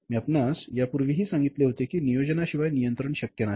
मी आपणास या पूर्वी हि सांगितले होते कि नियोजना शिवाय नियंत्रण शक्य नाही